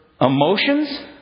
emotions